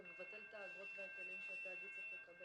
ומבטל את האגרות וההיטלים שהתאגיד צריך לקבל.